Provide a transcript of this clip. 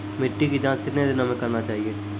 मिट्टी की जाँच कितने दिनों मे करना चाहिए?